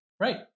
Right